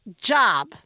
job